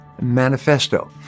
Manifesto